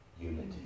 unity